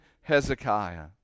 Hezekiah